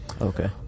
Okay